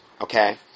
okay